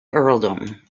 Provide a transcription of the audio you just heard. earldom